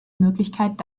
möglichkeit